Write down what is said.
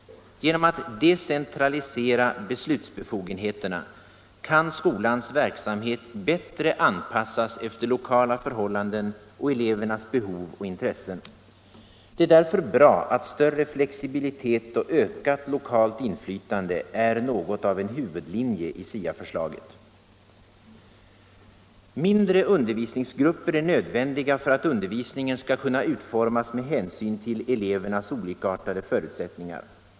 Genom att beslutsbefogenheterna decentraliseras kan skolans verksamhet bättre anpassas efter lokala förhållanden och elevernas behov och intressen. Det är därför bra att större flexibilitet och ökat lokalt inflytande är något av en huvudlinje i SIA-förslaget. Mindre undervisningsgrupper är nödvändiga för att undervisningen skall kunna utformas med hänsyn till elevernas olikartade förutsättningar.